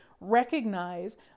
recognize